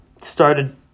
started